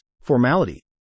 formality